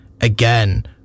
again